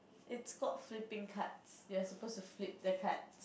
it's called flipping cards you're supposed to flip the card